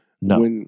No